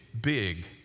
big